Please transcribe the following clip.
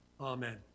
Amen